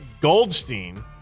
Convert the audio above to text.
Goldstein